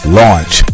launch